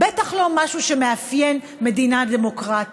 בטח לא משהו שמאפיין מדינה דמוקרטית.